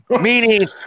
Meaning